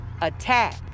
attack